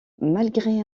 malgré